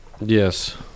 Yes